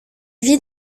vit